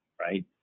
right